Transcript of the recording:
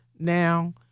now